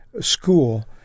school